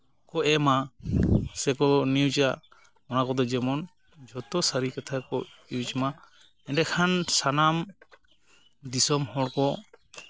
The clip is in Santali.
ᱠᱚ ᱮᱢᱟ ᱥᱮᱠᱚ ᱱᱤᱭᱩᱡᱟ ᱚᱱᱟ ᱠᱚᱫᱚ ᱡᱮᱢᱚᱱ ᱡᱷᱚᱛᱚ ᱥᱟᱹᱨᱤ ᱠᱟᱛᱷᱟ ᱠᱚ ᱤᱭᱩᱡᱽ ᱢᱟ ᱮᱸᱰᱮᱠᱷᱟᱱ ᱥᱟᱱᱟᱢ ᱫᱤᱥᱚᱢ ᱦᱚᱲ ᱠᱚ